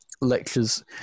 lectures